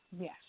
Yes